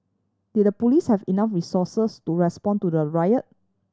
did the police have enough resources to respond to the riot